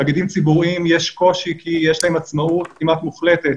בתאגידים ציבוריים יש קושי כי יש להם עצמאות כמעט מוחלטת